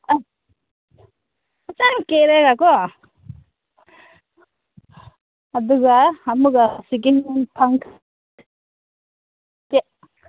ꯑꯁ ꯐꯖꯅ ꯀꯦꯔꯒ ꯀꯣ ꯑꯗꯨꯒ ꯑꯃꯨꯛ